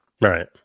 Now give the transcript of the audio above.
right